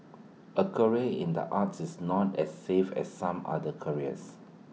A career in the arts is not as safe as some other careers